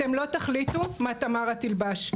אתם לא תחליטו מה תמרה תלבש,